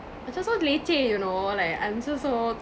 macam so leceh you know like I'm still so